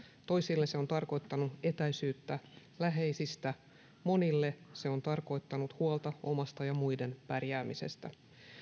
toisille se on tarkoittanut etäisyyttä läheisistä monille se on tarkoittanut huolta omasta ja muiden pärjäämisestä